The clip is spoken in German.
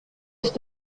ist